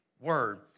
word